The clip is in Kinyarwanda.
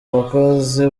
bakozi